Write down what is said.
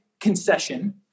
concession